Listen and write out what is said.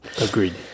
Agreed